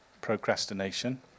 Procrastination